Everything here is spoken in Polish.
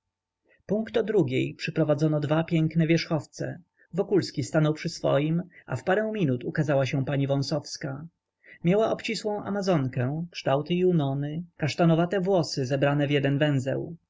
punkt o drugiej przyprowadzono dwa piękne wierzchowce wokulski stanął przy swoim a w parę minut ukazała się pani wąsowska miała obcisłą amazonkę kształty junony kasztanowate włosy zebrane w jeden węzeł